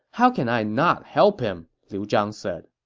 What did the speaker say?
how can i not help him? liu zhang said